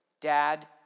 Dad